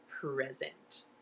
present